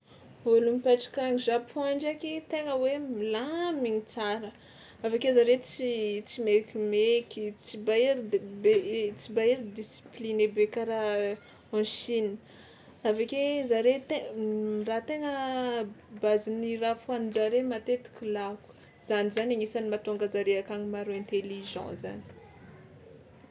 Ôlo mipetraka any Japon ndraiky tegna hoe milamigny tsara, avy ake zare tsy tsy maikimaiky, tsy bahery deb- i- tsy bahery discipliné be karaha en Chine, avy ake zare te- ny raha tegna base-n'ny raha fohanin-jare matetika lako, zany zany agnisan'ny mahatonga zare akagny maro intelligent zany.